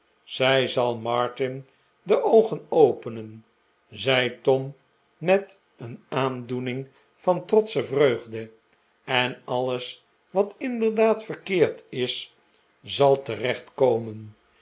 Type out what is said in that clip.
zij zal martin de oogen openen zei tom met een aandoening van trotsche vreugde en alles wat inderdaad verkeerd maarten chuzzlewit is zal